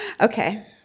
Okay